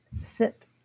sit